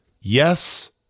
Yes